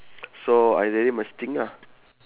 so I really must think lah